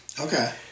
Okay